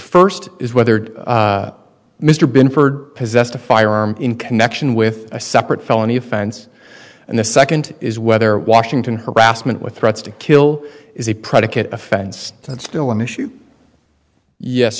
first is whether mr binford possessed a firearm in connection with a separate felony offense and the second is whether washington harassment with threats to kill is a predicate offense that's still an issue yes